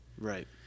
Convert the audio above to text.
Right